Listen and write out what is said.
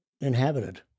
inhabited